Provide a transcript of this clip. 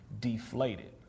deflated